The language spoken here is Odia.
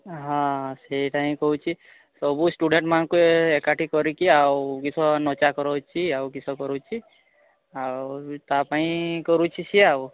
ହଁ ସେଇଟା ହିଁ କହୁଛି ସବୁ ଷ୍ଟୁଡ଼େଣ୍ଟମାନଙ୍କୁ ଏକାଠି କରିକି ଆଉ କରଉଛି ଆଉ କିସ କରୁଛି ଆଉ ତା ପାଇଁ କରୁଛି ସିଏ ଆଉ